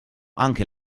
anche